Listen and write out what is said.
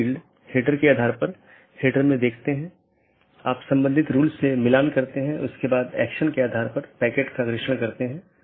यह पूरे मेश की आवश्यकता को हटा देता है और प्रबंधन क्षमता को कम कर देता है